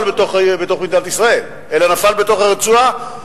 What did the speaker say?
בתוך מדינת ישראל אלא נפל בתוך הרצועה,